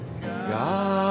God